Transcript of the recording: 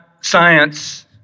science